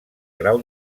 grau